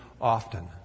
often